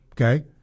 okay